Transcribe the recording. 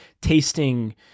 tasting